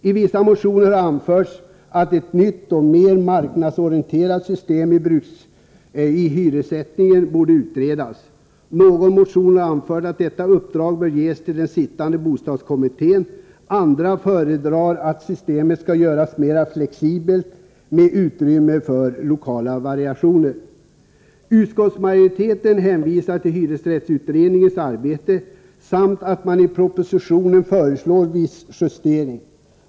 I vissa motioner anförs att ett nytt och mer marknadsorienterat system i hyressättningen borde utredas. I en motion anförs att detta uppdrag bör ges till den sittande bostadskommittén. Andra föredrar att systemet skall göras mera flexibelt, med utrymme för lokala variationer. Utskottsmajoriteten hänvisar till hyresrättsutredningens arbete, samt till att i propostionen föreslås viss justering.